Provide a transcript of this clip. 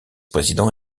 président